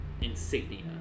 insignia